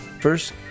First